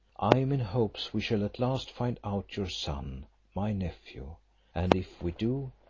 i am in hopes we shall at last find out your son my nephew and if we do,